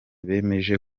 bemeje